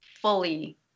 fully